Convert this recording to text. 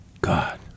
God